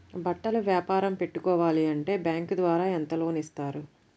బట్టలు వ్యాపారం పెట్టుకోవాలి అంటే బ్యాంకు ద్వారా ఎంత లోన్ ఇస్తారు?